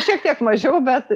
šiek tiek mažiau bet